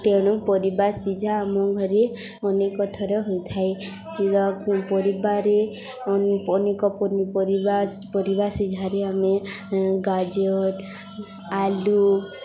ତେଣୁ ପରିବା ସିଝା ଆମ ଘରେ ଅନେକ ଥର ହୋଇଥାଏ ପରିବାରେ ଅନ୍ ଅନେକ ପନିପରିବା ପରିବା ସିଝାରେ ଆମେ ଗାଜର ଆଳୁ